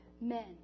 men